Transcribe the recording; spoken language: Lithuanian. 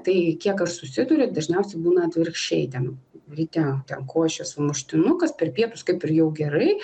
tai kiek aš susiduriu dažniausiai būna atvirkščiai ten ryte ten košė sumuštinukas per pietus kaip ir jau gerai